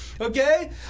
Okay